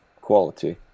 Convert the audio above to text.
quality